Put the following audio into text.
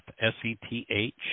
S-E-T-H